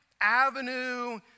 avenue